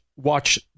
watch